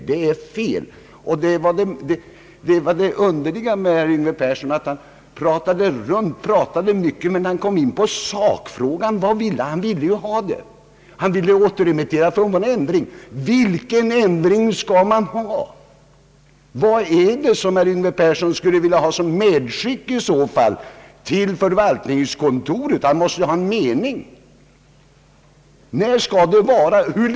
Underligt var det att herr Yngve Persson pratade runt omkring, men när han kom in på sakfrågan — vad ville han? Jo, han ville ha förslaget, men han ville återremittera det för en ändring. Vilken ändring vill herr Yngve Persson ha? Vilka förslag skulle herr Yngve Persson i så fall vilja skicka med till förvaltningskontoret? Hur många år skall anses vara minimum?